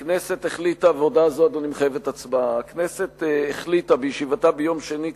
והודעה זו מחייבת הצבעה: הכנסת החליטה בישיבתה ביום שני,